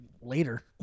later